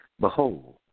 Behold